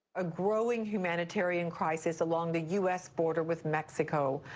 a growing humanitarian crisis along the u s. border with mexico.